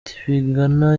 tibingana